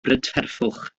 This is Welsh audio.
brydferthwch